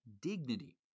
dignity